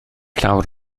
llawr